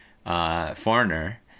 Foreigner